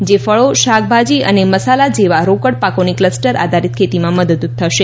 જે ફળો શાકભાજી અને મસાલા જેવા રોકડ પાકોની ક્લ્સ્ટર આધારિત ખેતીમાં મદદરૂપ થશે